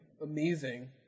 amazing